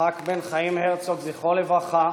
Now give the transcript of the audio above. יצחק בן חיים הרצוג, זכרו לברכה,